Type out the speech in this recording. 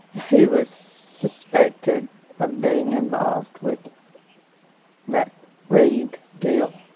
he was suspected of being involved with that reeb deal